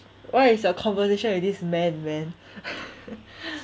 what is a conversation with this man man